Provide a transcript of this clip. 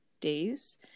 days